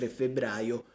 febbraio